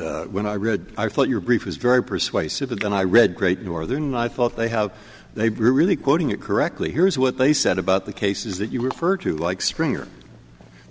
the when i read i thought your brief was very persuasive and then i read great northern and i thought they have they really quoting it correctly here's what they said about the cases that you refer to like springer